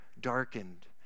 darkened